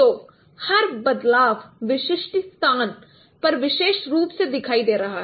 तो हर बदलाव विशिष्ट स्थान पर विशिष्ट रूप से दिखाई दे रहा है